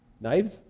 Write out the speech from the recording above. Knives